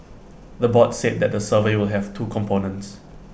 the board said that the survey will have two components